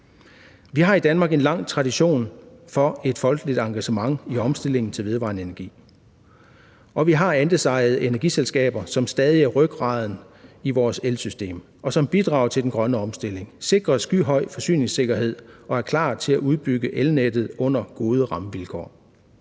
Vi har i Danmark en lang tradition for et folkeligt engagement i omstillingen til vedvarende energi, og vi har andelsejede energiselskaber, som stadig er rygraden i vores elsystem, og som bidrager til den grønne omstilling, sikrer skyhøj forsyningssikkerhed og er klar til at udbygge elnettet under gode rammevilkår.